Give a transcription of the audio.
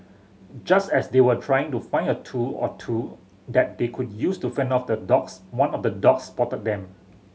just as they were trying to find a tool or two that they could use to fend off the dogs one of the dogs spotted them